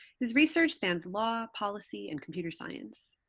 his research spans law, policy, and computer science.